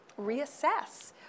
reassess